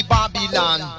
Babylon